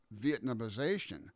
Vietnamization